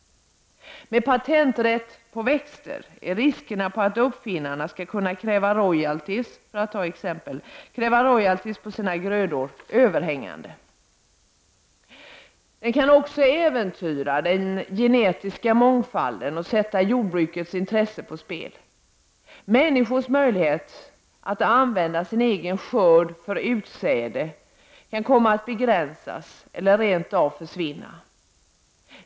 Med patenträtt när det gäller växter t.ex. är riskerna att uppfinnarna skall kunna kräva royalties på sina grödor överhängande. Den genetiska mångfalden kan också äventyras och sätta jordbrukets intressen på spel. Människors möjlighet att använda sin egen skörd för utsäde kan komma att begränsas eller rent av försvinna.